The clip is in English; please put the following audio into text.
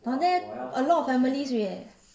down there a lot of families already leh